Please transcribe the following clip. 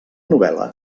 novel·la